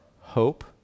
hope